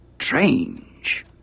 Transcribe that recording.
Strange